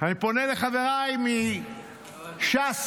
אני פונה לחבריי מש"ס: